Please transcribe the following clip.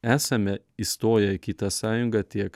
esame įstoję į kitą sąjungą tiek